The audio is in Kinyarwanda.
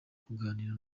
kuganira